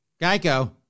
Geico